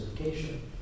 education